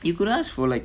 you could ask for like